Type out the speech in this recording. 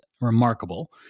remarkable